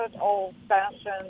old-fashioned